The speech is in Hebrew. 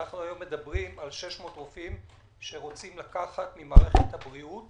עכשיו מדובר על 600 רופאים שרוצים לקחת ממערכת הבריאות,